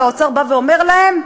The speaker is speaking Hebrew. והאוצר בא ואומר להם: